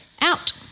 out